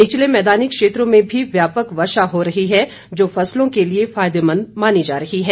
निचले मैदानी क्षेत्रों में भी व्यापक वर्षा हो रही है जो फसलों के लिए फायदेमंद मानी जा रही है